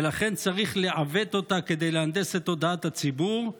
ולכן צריך לעוות אותה כדי להנדס את תודעת הציבור הוא